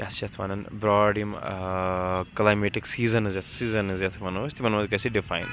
کیاہ حظ چھِ یتھ وَنان برٛاڈ یِم کٕلایمیٹِک سیٖزَنٕز یَتھ سیٖزَنٕز یَتھ وَنو أسۍ تِمَن اوس گژھِ ڈِفایِن